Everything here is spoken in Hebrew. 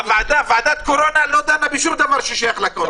ועדת קורונה לא דנה בשום דבר ששייך לקורונה.